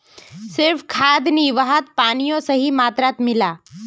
सिर्फ खाद नी वहात पानियों सही मात्रात मिला